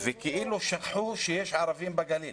כאילו שכחו שיש ערבים בגליל.